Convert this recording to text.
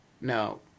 No